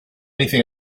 anything